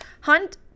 Hunt